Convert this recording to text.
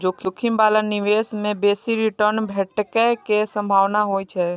जोखिम बला निवेश मे बेसी रिटर्न भेटै के संभावना होइ छै